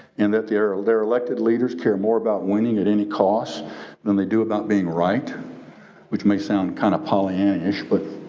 and that their ah their elected leaders care more about winning at any cost than they do about being right which may sound kind of pollyannaish but